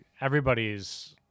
everybody's